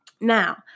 Now